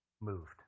moved